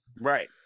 Right